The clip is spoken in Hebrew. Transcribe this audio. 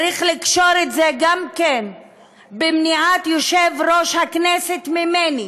צריך לקשור את זה גם במניעת יושב-ראש הכנסת ממני